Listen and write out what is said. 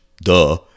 duh